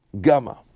gamma